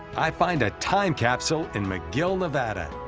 i find a time capsule in mcgill, nevada.